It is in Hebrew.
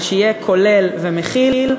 אבל שיהיה כולל ומכיל,